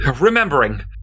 Remembering